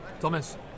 Thomas